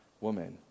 woman